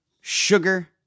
Sugar